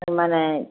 माना